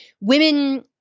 women